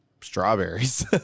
strawberries